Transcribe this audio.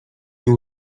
nie